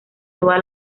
toda